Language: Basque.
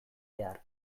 behar